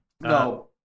No